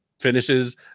finishes